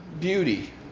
beauty